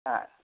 ಹಾಂ